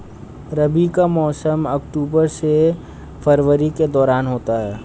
रबी का मौसम अक्टूबर से फरवरी के दौरान होता है